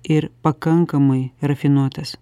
ir pakankamai rafinuotas